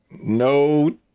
no